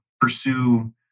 pursue